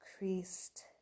increased